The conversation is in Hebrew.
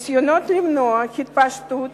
את התפשטות